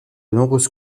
nombreuses